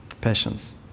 passions